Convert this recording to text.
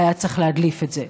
והיה צריך להדליף את זה.